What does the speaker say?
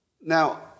now